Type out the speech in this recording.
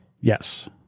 Yes